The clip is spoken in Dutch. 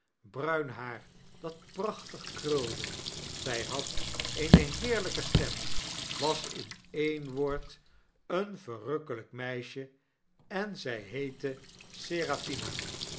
bruin haar dat prachtig krulde zfl had eene heerlyke stem was in een woord een verrukkelfifc meisje en zfj heette